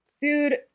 dude